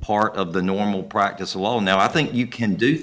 part of the normal practice while now i think you can do